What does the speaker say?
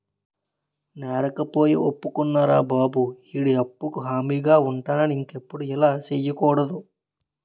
నేరకపోయి ఒప్పుకున్నారా బాబు ఈడి అప్పుకు హామీగా ఉంటానని ఇంకెప్పుడు అలా సెయ్యకూడదు